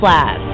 Lab